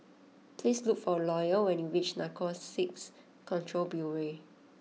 please look for Loyal when you reach Narcotics Control Bureau